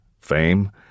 fame